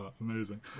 amazing